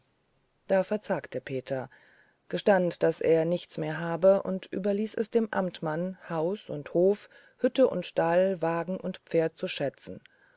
da verzagte peter gestand daß er nichts mehr habe und überließ es dem amtmann haus und hof hütte und stall wagen und pferde zu schätzen